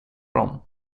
dem